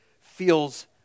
feels